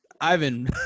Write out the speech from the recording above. Ivan